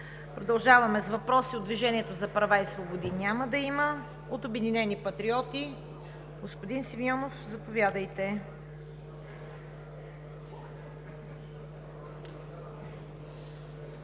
Продължаваме с въпроси от „Движението за права и свободи“. Няма да има. От „Обединени патриоти“ – господин Симеонов, заповядайте.